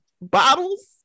bottles